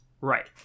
right